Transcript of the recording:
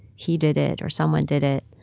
he did it or someone did it,